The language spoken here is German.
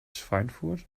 schweinfurt